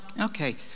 Okay